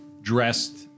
dressed